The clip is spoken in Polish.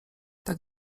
tak